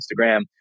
Instagram